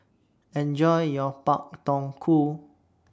Enjoy your Pak Thong Ko